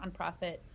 nonprofit